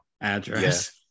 address